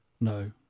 No